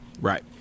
Right